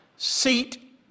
Seat